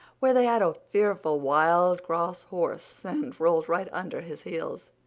where they had a fearful wild, cross horse, and rolled right under his heels.